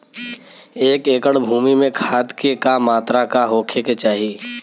एक एकड़ भूमि में खाद के का मात्रा का होखे के चाही?